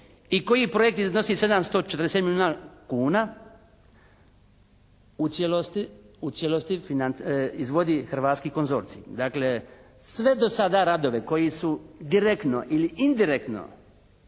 i koji projekt iznosi 747 milijuna kuna u cijelosti, u cijelosti izvodi hrvatski konzorcij. Dakle sve do sada radove koji su direktno ili indirektno